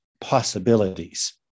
possibilities